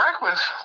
breakfast